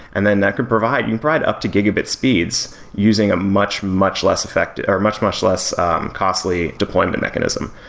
and then that can provide, it can provide up to gigabyte speeds using a much, much less effect, or much, much less costly deployment mechanism.